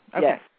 Yes